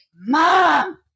mom